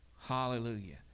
Hallelujah